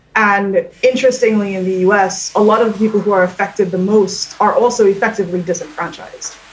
and interestingly, in the us, a lot of people who are affected the most are also effectively disenfranchised.